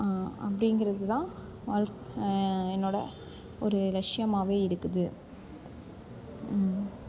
அப்படிங்கிறதுதான் வாழ்க் என்னோடய ஒரு லட்சியமாகவே இருக்குது